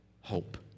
hope